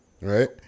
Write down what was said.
Right